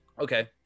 Okay